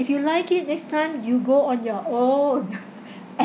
if you like it next time you go on your own